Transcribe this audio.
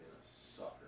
sucker